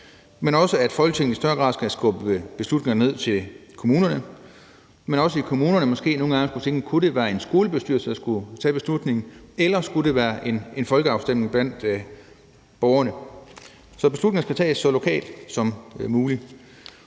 men også at Folketinget i større grad skal skubbe beslutninger ned til kommunerne, og at kommunerne måske nogle gange skulle tænke: Kunne det være en skolebestyrelse, der skulle tage beslutningen, eller skulle det være en folkeafstemning blandt borgerne? Så beslutninger skal tages så lokalt som muligt,